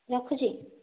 ରଖୁଛି